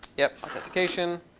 yup, authentication.